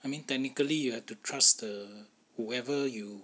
I mean technically you have to trust the whoever you